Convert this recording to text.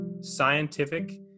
scientific